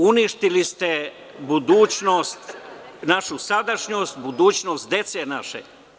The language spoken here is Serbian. Uništili ste našu sadašnjost, budućnost dece naše.